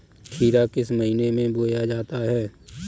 खीरा किस महीने में बोया जाता है?